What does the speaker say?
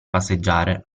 passeggiare